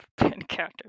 encounter